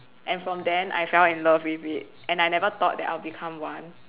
and from then I fell in love with it and I never thought that I'll become one